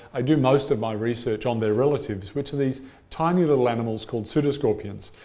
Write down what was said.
i do most of my research on their relatives which are these tiny little animals called pseudoscorpions.